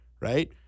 Right